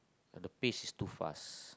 and the pace is too fast